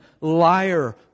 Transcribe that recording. liar